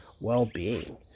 well-being